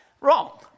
wrong